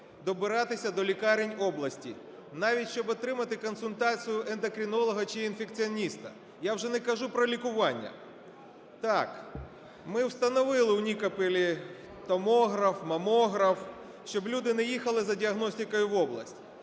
добиратися до лікарень області, навіть, щоб отримати консультацію ендокринолога чи інфекціоніста, я вже не кажу про лікування. Так, ми встановили в Нікополі томограф, мамограф, щоб люди не їхали за діагностикою в область.